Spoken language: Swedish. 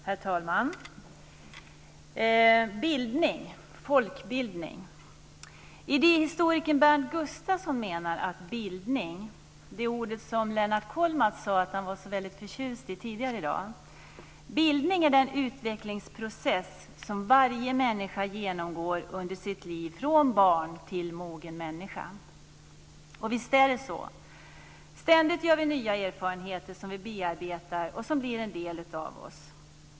Herr talman! Bildning och folkbildning - idéhistorikern Bernt Gustavsson menar att bildning, det ord som Lennart Kollmats tidigare i dag sade att han var så förtjust i, är den utvecklingsprocess som varje människa genomgår under sitt liv från barn till mogen människa. Och visst är det så. Ständigt gör vi nya erfarenheter som vi bearbetar och som blir en del av oss.